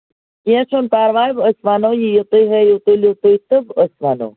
کیٚنٛہہ چھُنہٕ پَرواے أسۍ وَنو یِیِو تُہۍ ہٲیِو تُلِو تُہۍ تہٕ أسۍ وَنو